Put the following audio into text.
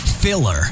filler